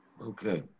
Okay